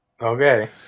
Okay